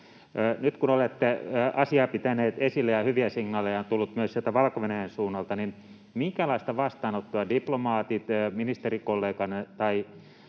Nyt kun olette asiaa pitäneet esillä ja hyviä signaaleja on tullut myös sieltä Valko-Venäjän suunnalta, niin minkälaista vastaanottoa diplomaatit, ministerikolleganne tai